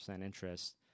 interest